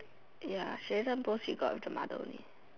ya she every time post she go out with the mother only